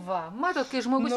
va matot kai žmogus